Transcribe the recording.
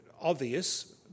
obvious